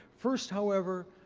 first, however,